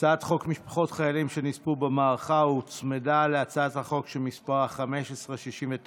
הצעת חוק משפחות חיילים שנספו במערכה הוצמדה להצעת החוק שמספרה 1569,